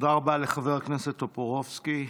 תודה רבה לחבר הכנסת טופורובסקי.